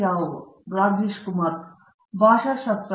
professor Rajesh Kumar ಭಾಷಾಶಾಸ್ತ್ರ